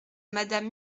madame